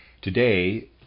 Today